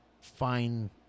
fine